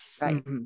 right